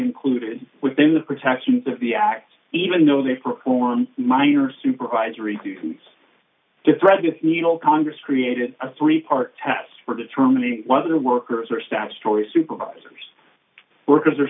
included within the protections of the act even though they perform minor supervisory duties to thread the needle congress created a three part test for determining whether workers are statutory supervisors workers